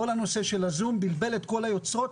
כל הנושא של הזום בלבל את כל היוצרות